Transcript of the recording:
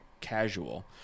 casual